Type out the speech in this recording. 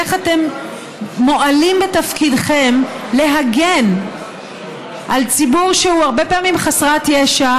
איך אתם מועלים בתפקידכם להגן על ציבור שהוא הרבה פעמים חסרת ישע,